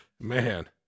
man